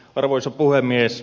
arvoisa puhemies